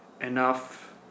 enough